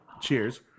Cheers